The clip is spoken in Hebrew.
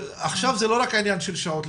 עכשיו זה לא רק העניין של שעות.